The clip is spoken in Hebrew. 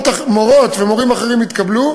מורות ומורים אחרים התקבלו,